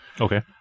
okay